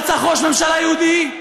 רצח ראש ממשלה יהודי,